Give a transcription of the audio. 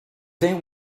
think